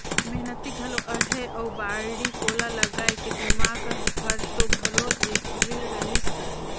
मेहनती घलो अहे अउ बाड़ी कोला लगाए के दिमाक हर तो घलो ऐखरे रहिस हे